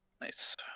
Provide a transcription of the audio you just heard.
Nice